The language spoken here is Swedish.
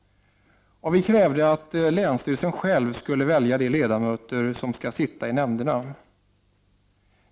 Vi krävde också att länsstyrelsen själv skulle välja de ledamöter som skall sitta i nämnderna.